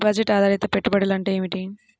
Deposit ఆధారిత పెట్టుబడులు అంటే ఏమిటి?